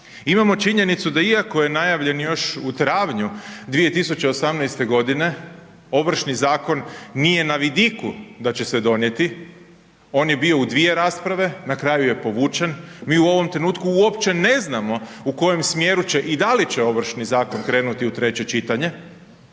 imamo činjenicu da iako je najavljen još u travnju 2018. g., Ovršni zakon nije na vidiku da će se donijeti, on je bio u dvije rasprave, na kraju je povučen, mi u ovom trenutku uopće ne znamo u kojem smjeru će i da li će Ovršni zakon krenuti u treće čitanje,